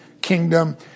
kingdom